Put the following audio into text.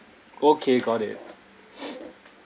okay got it